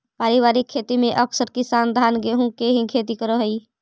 पारिवारिक खेती में अकसर किसान धान गेहूँ के ही खेती करऽ हइ